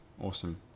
Awesome